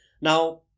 Now